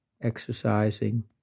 exercising